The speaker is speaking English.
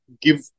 give